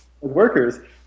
workers